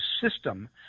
system